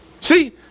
See